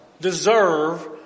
deserve